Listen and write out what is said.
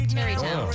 Terrytown